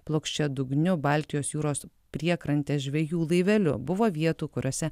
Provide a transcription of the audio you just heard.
plokščiadugniu baltijos jūros priekrantės žvejų laiveliu buvo vietų kuriose